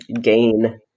gain